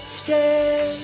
stay